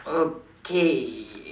okay